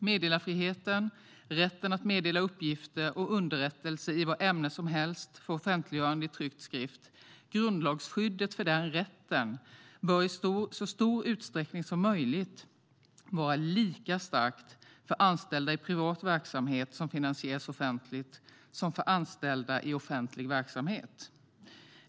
Meddelarfriheten, alltså rätten att meddela uppgifter och underrättelser i vad ämne som helst för offentliggörande i tryckt skrift och grundlagsskyddet för den rätten bör i så stor utsträckning som möjligt vara lika starka för anställda i privat verksamhet som finansieras offentligt som för anställda i offentlig verksamhet.